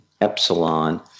epsilon